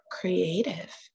creative